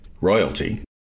royalty